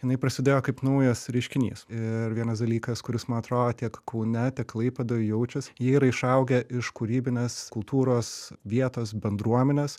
jinai prasidėjo kaip naujas reiškinys ir vienas dalykas kuris man atrodo tiek kaune klaipėdoj jaučias jie yra išaugę iš kūrybinės kultūros vietos bendruomenės